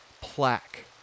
plaque